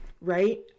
right